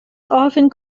often